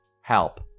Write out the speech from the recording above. Help